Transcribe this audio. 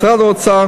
משרד האוצר